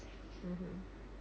mmhmm